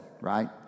right